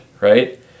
right